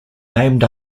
named